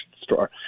store